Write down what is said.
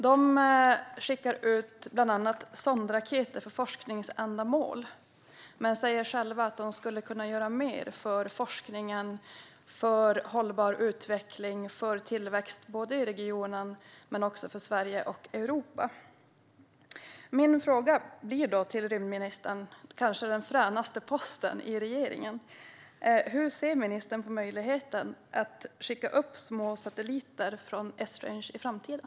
Där skickar man bland annat upp sondraketer för forskningsändamål, men man säger själv att man skulle kunna göra mer för forskningen, för hållbar utveckling och för tillväxt både i regionen och i Sverige och Europa. Min fråga till rymdministern - kanske den fränaste posten i regeringen - blir då: Hur ser ministern på möjligheten att skjuta upp små satelliter från Esrange i framtiden?